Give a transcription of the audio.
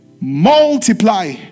multiply